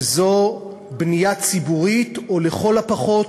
וזו בנייה ציבורית, או לכל הפחות